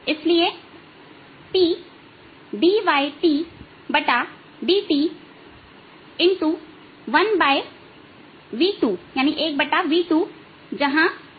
इसलिए TdyTdt 1v2 जहां v2 दाएं तार में वेग है प्लस 1v dyIdx यह शून्य होना चाहिए